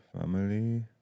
Family